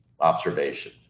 observation